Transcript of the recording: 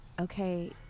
Okay